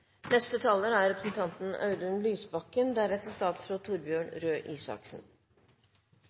Neste taler er representanten